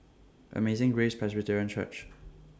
Amazing Grace Presbyterian Church